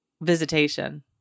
visitation